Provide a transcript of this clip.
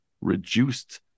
reduced